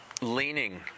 leaning